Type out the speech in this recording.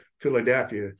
Philadelphia